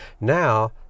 Now